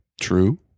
True